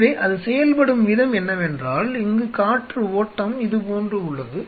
எனவே அது செயல்படும் விதம் என்னவென்றால் இங்கு காற்று ஓட்டம் இதுபோன்று உள்ளது